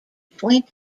twenty